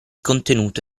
contenuto